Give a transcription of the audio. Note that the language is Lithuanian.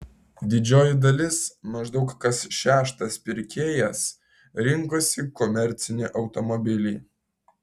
didžioji dalis maždaug kas šeštas pirkėjas rinkosi komercinį automobilį